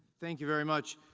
thank you very much.